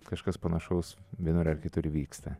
kažkas panašaus vienur ar kitur įvyksta